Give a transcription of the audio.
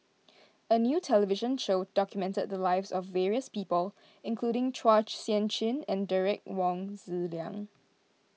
a new television show documented the lives of various people including Chua Sian Chin and Derek Wong Zi Liang